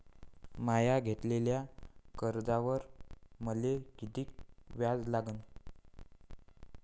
म्या घेतलेल्या कर्जावर मले किती व्याज लागन?